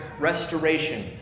restoration